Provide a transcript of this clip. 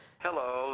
hello